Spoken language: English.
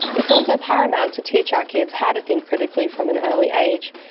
it's also paramount to teach our kids how to think critically from an early age,